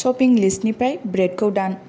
shopping लिस्तनिफ्राय ब्रेदखौ दान